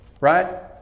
right